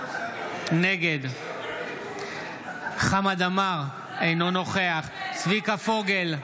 נגד חמד עמאר, אינו נוכח צביקה פוגל,